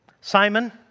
Simon